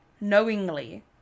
knowingly